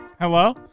Hello